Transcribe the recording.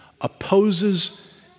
opposes